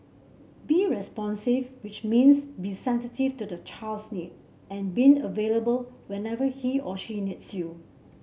be responsive which means be sensitive to the child's need and being available whenever he or she needs you